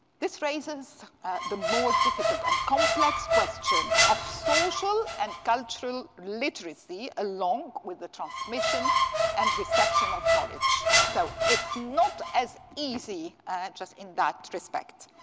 this raises the more difficult and complex question of social and cultural literacy, along with the transmission and reception of knowledge. so it's not as easy just in that respect.